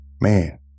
man